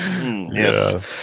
Yes